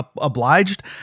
obliged